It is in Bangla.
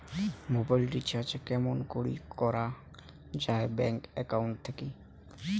মোবাইল রিচার্জ কেমন করি করা যায় ব্যাংক একাউন্ট থাকি?